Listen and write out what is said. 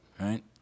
right